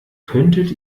könntet